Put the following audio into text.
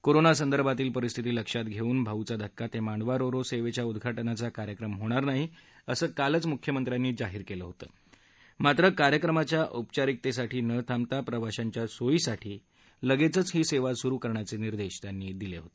corona संदर्भातील परिस्थिती लक्षात घेता भाऊचा धक्का ते मांडवा रो रो सेवेच्या उद्घाटनाचा कार्यक्रम होणार नाही असे कालच मुख्यमंत्र्यांनी जाहीर केले होते मात्र कार्यक्रमाच्या औपचारिकतेसाठी न थांबता प्रवाशांच्या सोयीसाठी लगेच ही सेवा सुरू करण्याचे निर्देश त्यांनी दिले होते